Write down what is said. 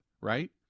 right